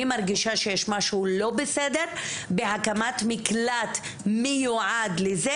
אני מרגישה שיש משהו לא בסדר בהקמת מקלט מיועד לזה,